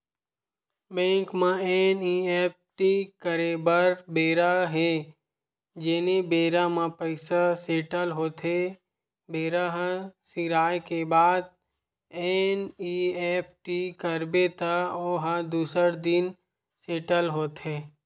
bank म NEFT करे बर बेरा हे जेने बेरा म पइसा सेटल होथे बेरा ह सिराए के बाद एन.ई.एफ.टी करबे त ओ ह दूसर दिन सेटल होथे